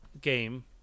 game